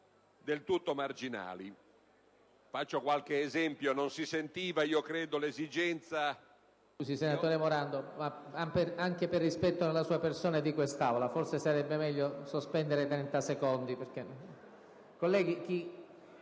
del tutto marginali. Faccio qualche esempio. Non si sentiva, io credo, l'esigenza...*(Brusìo).*